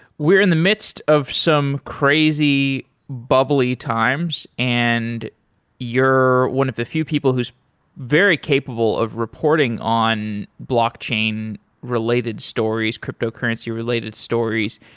we're in the midst of some crazy bubbly times and you're one of the few people who's very capable of reporting on blockchain related stories, cryptocurrency related stories.